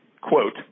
quote